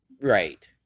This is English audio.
Right